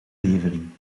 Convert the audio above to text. levering